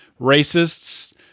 racists